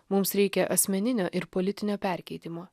mums reikia asmeninio ir politinio perkeitimo